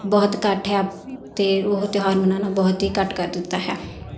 ਬਹੁਤ ਘੱਟ ਹੈ ਅਤੇ ਓਹ ਤਿਉਹਾਰ ਮਨਾਉਣਾ ਬਹੁਤ ਹੀ ਘੱਟ ਕਰ ਦਿੱਤਾ ਹੈ